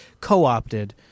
co-opted